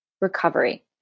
recovery